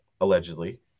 allegedly